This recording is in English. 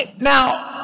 Now